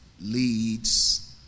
leads